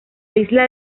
isla